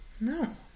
No